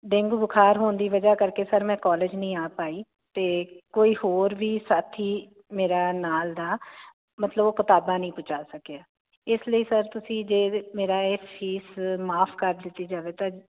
dengue ਬੁਖਾਰ ਹੋਣ ਦੀ ਵਜਹਾ ਕਰਕੇ ਸਰ ਮੈਂ ਕਾਲਜ ਨਹੀਂ ਆ ਪਾਈ ਤੇ ਕੋਈ ਹੋਰ ਵੀ ਸਾਥੀ ਮੇਰਾ ਨਾਲ ਦਾ ਮਤਲਬ ਉਹ ਕਿਤਾਬਾਂ ਨਹੀਂ ਪਹੁੰਚਾ ਸਕਿਆ ਇਸ ਲਈ ਸਰ ਤੁਸੀਂ ਜੇ ਮੇਰਾ ਇਹ ਫੀਸ ਮਾਫ ਕਰ ਦਿੱਤੀ ਜਾਵੇ ਤਾਂ